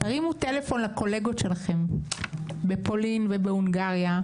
תרימו טלפון לקולגות שלכם בפולין ובהונגריה,